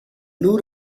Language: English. blue